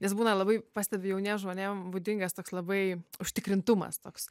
nes būna labai pastebiu jauniem žmonėm būdingas toks labai užtikrintumas toks